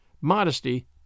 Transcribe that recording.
modesty